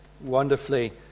wonderfully